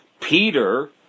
Peter